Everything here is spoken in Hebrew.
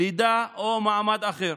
לידה או מעמד אחר".